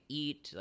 eat